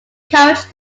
coached